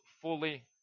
fully